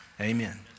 amen